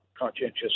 conscientious